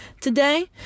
today